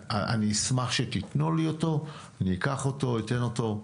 אני אשמח שתיתנו לי אותו, אני אקח אותו, אתן אותו,